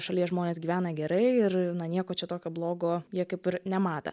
šalyje žmonės gyvena gerai ir na nieko čia tokio blogo jie kaip ir nemato